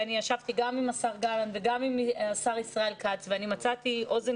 אני ישבתי גם עם השר גלנט וגם עם השר ישראל כץ ואני מצאתי אוזן